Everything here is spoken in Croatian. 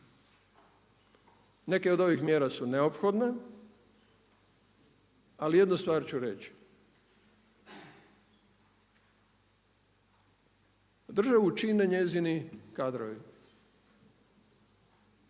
Neke od ovih mjera su neophodne ali jednu stvar ću reći, državu čine njezini kadrovi.